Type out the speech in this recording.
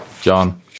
John